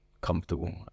comfortable